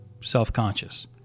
self-conscious